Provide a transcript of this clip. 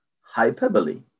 Hyperbole